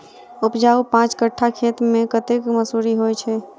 उपजाउ पांच कट्ठा खेत मे कतेक मसूरी होइ छै?